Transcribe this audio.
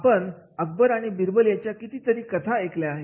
आपण अकबर आणि बिरबल यांच्या कितीतरी कथा ऐकलेल्या आहेत